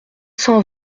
cent